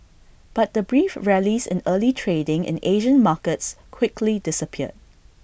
but the brief rallies in early trading in Asian markets quickly disappeared